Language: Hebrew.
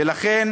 ולכן